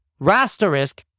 Rasterisk